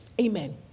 Amen